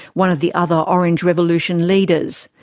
one of the other orange revolution leaders.